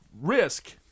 risk